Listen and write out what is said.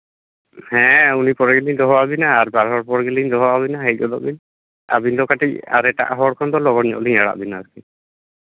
ᱦᱮᱸ ᱩᱱᱤ ᱯᱚᱨᱮ ᱜᱮᱞᱤᱧ ᱫᱚᱦᱚ ᱟᱵᱮᱱᱟ ᱟᱨ ᱵᱟᱨ ᱦᱚᱲ ᱯᱚᱨ ᱜᱮᱞᱤᱧ ᱫᱚᱦᱚ ᱟᱵᱮᱱᱟ ᱦᱮᱡ ᱜᱚᱫᱚᱜ ᱵᱤᱱ ᱟᱹᱵᱤᱱ ᱫᱚ ᱠᱟᱹᱴᱤᱡ ᱟᱨ ᱮᱴᱟᱜ ᱦᱚᱲ ᱠᱷᱚᱱ ᱫᱚ ᱞᱚᱜᱚᱱ ᱧᱚᱜ ᱞᱤᱧ ᱟᱲᱟᱜ ᱵᱮᱱᱟ